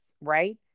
right